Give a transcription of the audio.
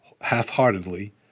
half-heartedly